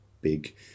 big